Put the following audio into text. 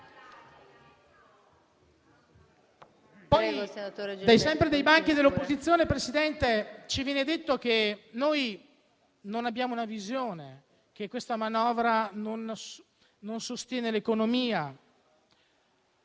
Poi, sempre dei banchi dell'opposizione, signor Presidente, ci viene detto che noi non abbiamo una visione, che questa manovra non sostiene l'economia.